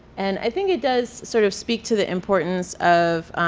and i think it does sort of speak to the importance of